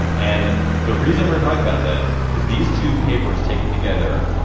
and the reason we're talking about that is these two papers taken together